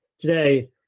today